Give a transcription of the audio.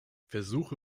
versuche